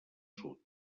sud